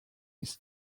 his